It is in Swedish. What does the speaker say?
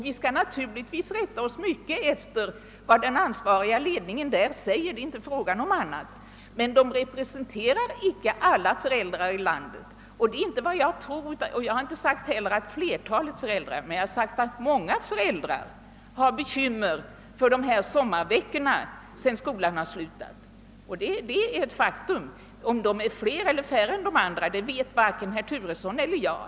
Vi skall naturligtvis rätta oss mycket efter vad den ansvariga ledningen där säger; det är inte frågan om annat. Men den representerar icke alla föräldrar i landet. Jag har sagt, inte att flertalet föräldrar men väl många föräldrar har bekymmer för dessa sommarveckor sedan skolan har slutat. Det är ett faktum. Om de är flera eller färre än de övriga föräldrarna vet varken herr Turesson eller jag.